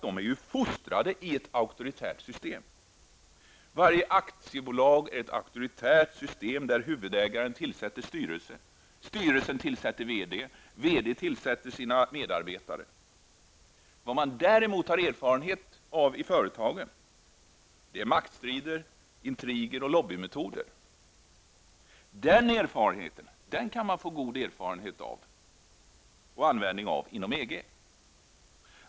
De är fostrade i ett auktoritärt system. Varje aktiebolag är ett auktoritärt system där huvudägaren tillsätter styrelse, styrelsen tillsätter VD och VD tillsätter sina medarbetare. Vad man däremot har erfarenhet av i företagen är maktstrider, intriger och lobbymetoder. Den erfarenheten kan man få god användning av inom EG.